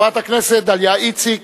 חברת הכנסת דליה איציק,